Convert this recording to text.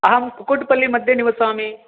अहं कुकुटपल्लीमध्ये निवसामि